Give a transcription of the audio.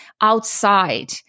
outside